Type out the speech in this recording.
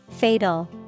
Fatal